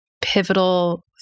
pivotal